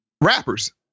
rappers